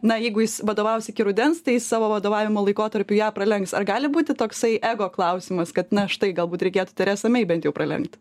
na jeigu jis vadovaus iki rudens tai savo vadovavimo laikotarpiu ją pralenks ar gali būti toksai ego klausimas kad na štai galbūt reikėtų teresą mei bent jau pralenkt